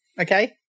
Okay